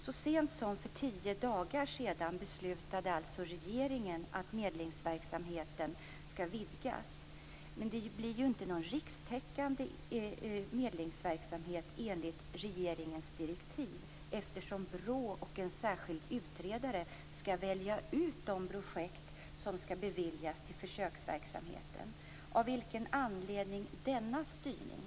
Så sent som för tio dagar sedan beslutade alltså regeringen att medlingsverksamheten skall vidgas. Men det blir ju inte någon rikstäckande medlingsverksamhet enligt regeringens direktiv eftersom BRÅ och en särskild utredare skall välja ut de projekt som skall ingå i försöksverksamheten. Vilken är anledningen till denna styrning?